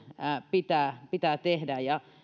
pitää pitää tehdä